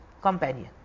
companion